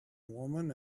woman